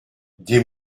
des